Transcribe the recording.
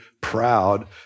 proud